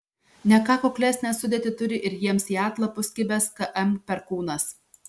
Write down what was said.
ne ką kuklesnę sudėtį turi ir jiems į atlapus kibęs km perkūnas